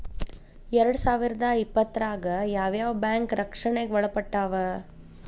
ಎರ್ಡ್ಸಾವಿರ್ದಾ ಇಪ್ಪತ್ತ್ರಾಗ್ ಯಾವ್ ಯಾವ್ ಬ್ಯಾಂಕ್ ರಕ್ಷ್ಣೆಗ್ ಒಳ್ಪಟ್ಟಾವ?